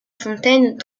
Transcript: fontaine